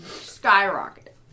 skyrocket